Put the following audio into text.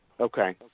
Okay